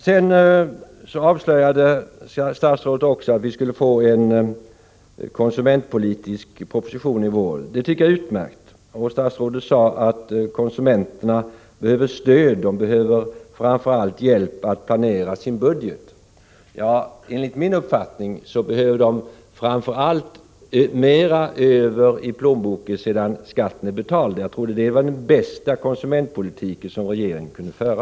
Statsrådet avslöjade också att vi skall få en konsumentpolitisk proposition i vår. Det tycker jag är utmärkt. Statsrådet sade att konsumenterna behöver stöd och framför allt hjälp att planera sin budget. Ja, enligt min uppfattning behöver de ju framför allt få mera över i plånboken sedan skatten är betald. Jag tror det är den bästa konsumentpolitik som regeringen kan föra.